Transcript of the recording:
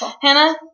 Hannah